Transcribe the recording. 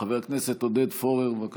חבר הכנסת עודד פורר, בבקשה.